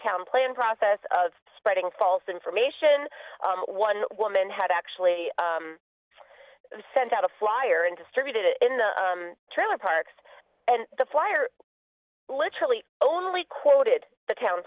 town planning process of spreading false information one woman had actually sent out a flyer and distributed in the trailer parks and the flyer literally only quoted the town